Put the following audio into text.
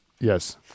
Yes